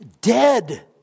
dead